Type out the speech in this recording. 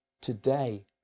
today